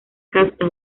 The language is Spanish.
casta